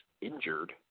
injured